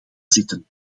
zitten